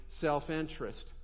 self-interest